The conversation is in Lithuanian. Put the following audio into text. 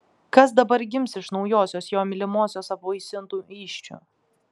kas dabar gims iš naujosios jo mylimosios apvaisintų įsčių